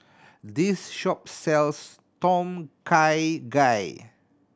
this shop sells Tom Kha Gai